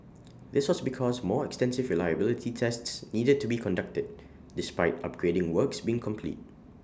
this was because more extensive reliability tests needed to be conducted despite upgrading works being complete